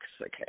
okay